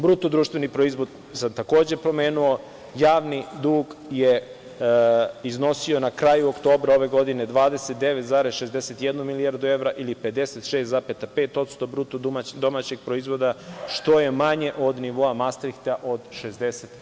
Bruto društveni proizvod sam takođe pomenuo, javni dug je iznosio na kraju oktobra ove godine 29,61 milijardu evra ili 56,5% BDP, što je manje od nivoa Mastrihta od 60%